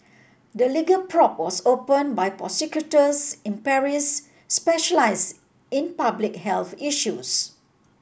the legal probe was open by prosecutors in Paris specialise in public health issues